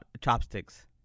chopsticks